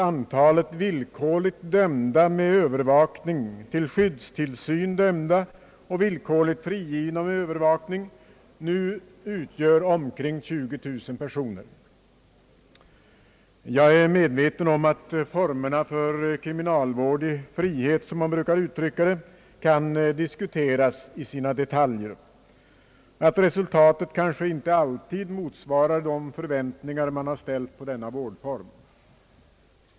Antalet villkorligt dömda med övervakning, till skyddstillsyn dömda och villkorligt frigivna med övervakning utgör nu omkring 20 000 personer. Jag är medveten om att formerna för kriminalvård i frihet, som man brukar uttrycka det, kan diskuteras i sina detaljer och att resultatet kanske inte alltid motsvarar de förväntningar som har ställts på denna vårdform.